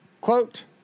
Quote